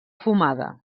fumada